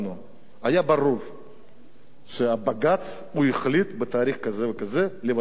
היה ברור שהבג"ץ החליט בתאריך כזה וכזה לבטל את חוק טל.